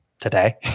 today